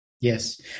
Yes